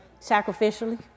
Sacrificially